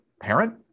parent